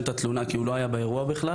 את התלונה כי הוא לא היה באירוע בכלל.